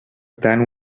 tant